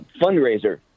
fundraiser